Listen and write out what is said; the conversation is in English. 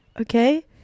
Okay